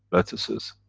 lettuces,